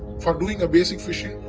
for doing a basic phishing.